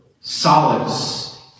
solace